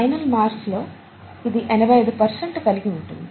final marks లో ఇది 85 percent కలిగి ఉంటుంది